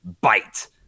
bite